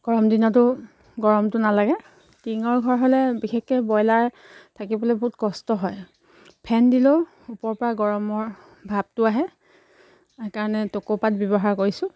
গৰম দিনতো গৰমটো নালাগে টিঙৰ ঘৰ হ'লে বিশেষকৈ ব্ৰইলাৰ থাকিবলে বহুত কষ্ট হয় ফেন দিলেও ওপৰৰ পৰা গৰমৰ ভাৱটো আহে সেইকাৰণে টকৌপাত ব্যৱহাৰ কৰিছোঁ